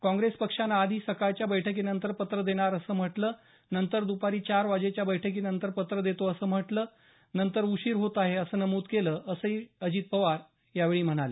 काँग्रेस पक्षानं आधी सकाळच्या बैठकीनंतर पत्र देणार असं म्हटलं नंतर दपारी चार वाजेच्या बैठकीनंतर पत्र देतो असं म्हटलं नंतर उशीर होत आहे असं नमुद केलं असंही अजित पवार यावर म्हणाले